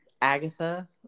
Agatha